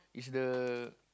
is the